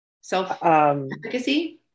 Self-efficacy